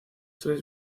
tres